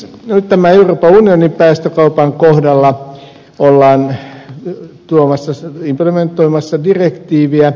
nyt tämän euroopan unionin päästökaupan kohdalla ollaan implementoimassa direktiiviä